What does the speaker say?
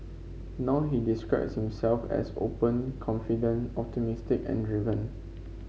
now he describes himself as open confident optimistic and driven